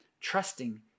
trusting